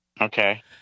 Okay